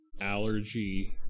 allergy